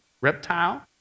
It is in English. reptile